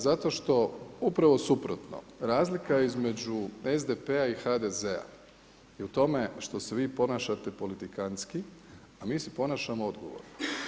Zato što upravo suprotno, razlika između SDP-a i HDZ-a je u tome što se vi ponašate politikantski, a mi se ponašamo odgovorno.